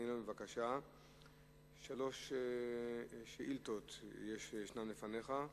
שלוש שאילתות יש בפניך.